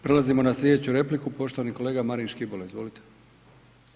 Prelazimo na slijedeću repliku, poštovani kolega Marin Škibola, izvolite.